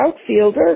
outfielder